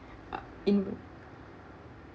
uh in